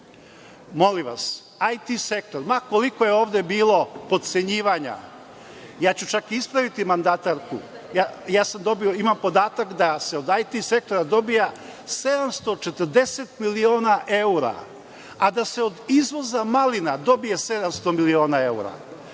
molim vas, IT sektor, ma koliko je ovde bilo potcenjivanja, ja ću čak ispraviti mandatarku, imam podatak da se od IT sektora dobija 740 miliona evra, a da se od izvoza malina dobije 700 miliona evra.